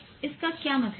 इसका क्या मतलब है